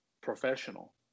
professional